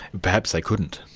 perhaps they couldn't.